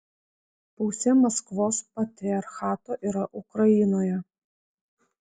pusė maskvos patriarchato yra ukrainoje